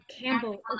Campbell